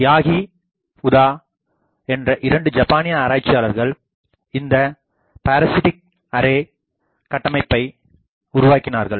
யாகி Uda என்ற இரண்டு ஜப்பானிய ஆராய்ச்சியாளர்கள்இந்த பாரசிட்டிக் அரே கட்டமைப்பை உருவாக்கினார்கள்